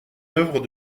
œuvre